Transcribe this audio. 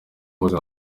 buzima